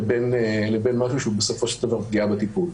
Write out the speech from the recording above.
לבין משהו שהוא פגיעה בטיפול.